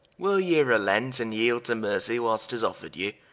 will ye relent and yeeld to mercy, whil'st tis offered you,